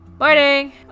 Morning